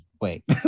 Wait